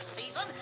season